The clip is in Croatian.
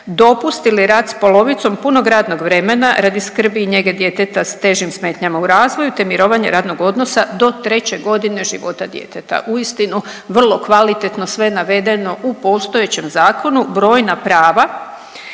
dopust ili rad s polovicom punog radnog vremena radi skrbi i njege djeteta s težim smetnjama u razvoju, te mirovanje radnog odnosa do treće godine života djeteta. Uistinu vrlo kvalitetno sve navedeno u postojećem zakonu brojna prava